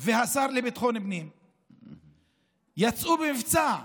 והשר לביטחון הפנים יצאו במבצע,